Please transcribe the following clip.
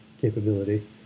capability